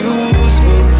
useful